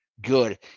good